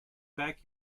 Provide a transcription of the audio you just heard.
back